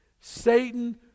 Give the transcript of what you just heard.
Satan